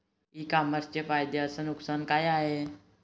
इ कामर्सचे फायदे अस नुकसान का हाये